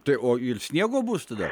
tai o ir sniego bus tada